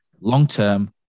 Long-term